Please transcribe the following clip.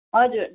हजुर